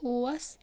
اوس